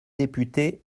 députés